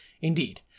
Indeed